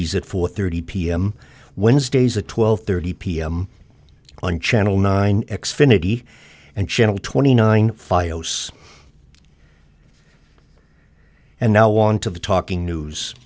at four thirty pm wednesdays a twelve thirty pm on channel nine x finity and channel twenty nine fi os and now on to the talking news